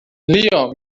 لیام